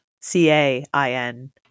c-a-i-n